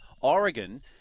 Oregon